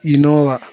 Innova